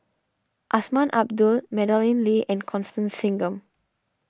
Azman Abdullah Madeleine Lee and Constance Singam